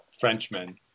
Frenchmen